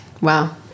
wow